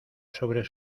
sobre